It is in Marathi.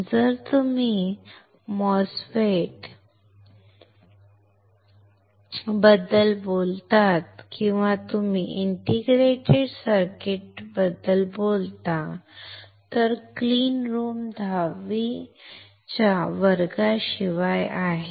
जर तुम्ही MOSFETs बद्दल बोललात किंवा तुम्ही इंटिग्रेटेड सर्किट्सबद्दल बोललात तर क्लीन रूम 10वीच्या वर्गाविषयी आहे